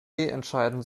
entscheiden